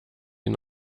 ihn